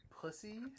pussy